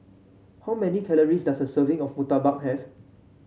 how many calories does a serving of murtabak have